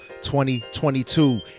2022